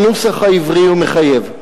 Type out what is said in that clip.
הנוסח העברי מחייב.